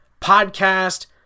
podcast